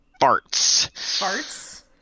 farts